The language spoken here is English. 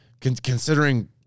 considering